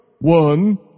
One